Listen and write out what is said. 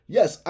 Yes